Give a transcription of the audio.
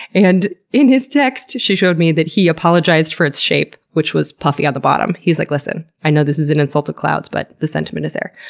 and in his text, she showed me that he apologized for its shape, which was puffy on the bottom. he's like, listen, i know this is an insult to clouds, but the sentiment is there.